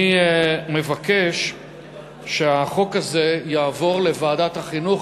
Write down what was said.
אני מבקש שהחוק הזה יעבור לוועדת החינוך,